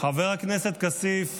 חבר הכנסת כסיף